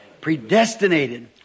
Predestinated